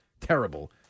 Terrible